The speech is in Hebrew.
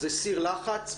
זה סיר לחץ,